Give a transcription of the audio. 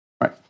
Right